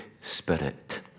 Spirit